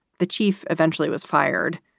the chief eventually was fired.